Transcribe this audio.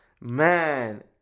Man